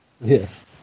yes